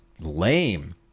lame